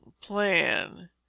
plan